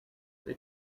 they